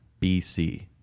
BC